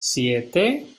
siete